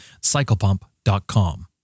cyclepump.com